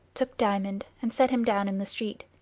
took diamond, and set him down in the street.